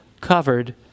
covered